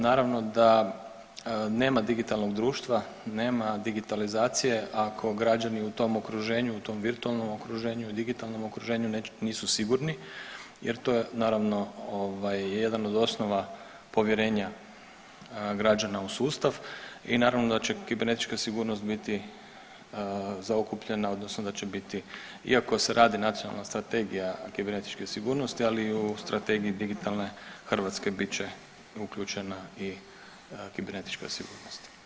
Naravno da nema digitalnog društva, nema digitalizacije ako građani u tom okruženju u tom virtualnom okruženju i digitalnom okruženju nisu sigurni jer to je naravno ovaj jedan od osnova povjerenja građana u sustav i naravno da će kibernetička sigurnost biti zaokupljena odnosno da će biti, iako se radi nacionalna strategija kibernetičke sigurnosti, ali i u strategiji digitalne Hrvatske bit će uključena i kibernetička sigurnost.